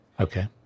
Okay